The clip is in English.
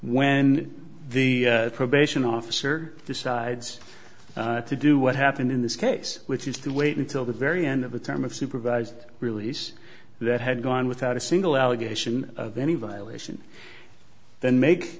when the probation officer decides to do what happened in this case which is to wait until the very end of a term of supervised release that had gone without a single allegation of any violation then make